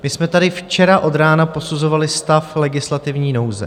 My jsme tady včera od rána posuzovali stav legislativní nouze.